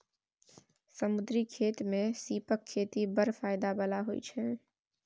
समुद्री खेती मे सीपक खेती बड़ फाएदा बला होइ छै